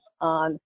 on